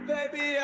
Baby